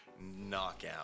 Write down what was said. Knockout